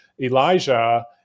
Elijah